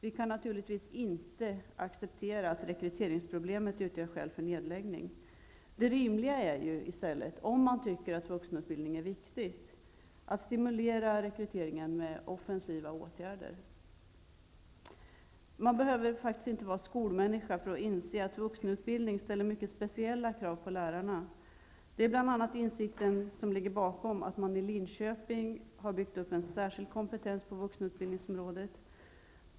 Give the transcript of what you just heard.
Vi kan naturligtvis inte acceptera att rekryteringsproblemet utgör skäl för nedläggning. Det rimliga är ju i stället, om man tycker att vuxenutbildning är viktigt, att stimulera rekryteringen med offensiva åtgärder. Man behöver inte vara skolmänniska för att inse att vuxenutbildning ställer mycket speciella krav på lärarna. Det är bl.a. den insikten som ligger bakom att de har byggt upp en särskild kompetens på vuxenutbildningsområdet i Linköping.